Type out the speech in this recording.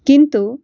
किन्तु